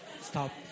Stop